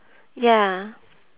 ya